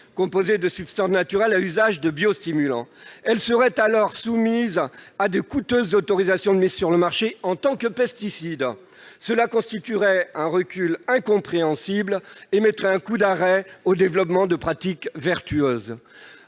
composées de substances naturelles à usage biostimulant. Elles seraient alors soumises à de coûteuses autorisations de mise sur le marché, en tant que pesticides. Cette situation constituerait un recul incompréhensible et donnerait un coup d'arrêt au développement de pratiques vertueuses.